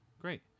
Great